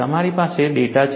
તમારી પાસે ડેટા છે